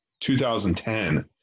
2010